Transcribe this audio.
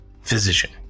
physician